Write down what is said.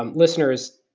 um listeners,